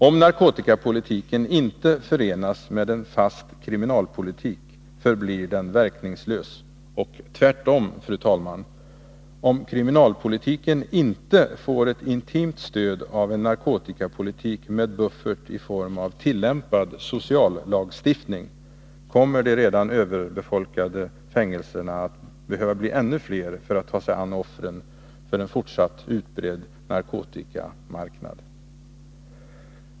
Om narkotikapolitiken inte förenas med en fast kriminalpolitik förblir den verkningslös. Och tvärtom, fru talman: Om kriminalpolitiken inte får ett intimt stöd av en narkotikapolitik med buffert i form av tillämpad sociallagstiftning, kommer de redan överbefolkade fängelserna att behöva bli ännu fler för att kunna ta sig an offren för en fortsatt utbredd narkotikamarknad.